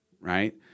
right